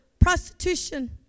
prostitution